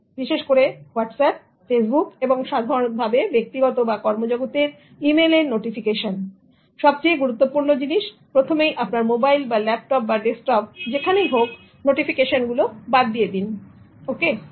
বিশেষ করে WhatsApp Facebook এবং সাধারণভাবে ব্যক্তিগত বা কর্মজগতের ইমেইল এর নোটিফিকেশন সবচেয়ে গুরুত্বপূর্ণ জিনিস প্রথমেই আপনার মোবাইল বা ল্যাপটপ বা ডেস্কটপ যেখানেই হোক নোটিফিকেশন গুলো বাদ দিয়ে দিন "ওকে"